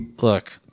Look